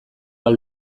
ahal